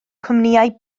cwmnïau